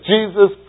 Jesus